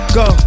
go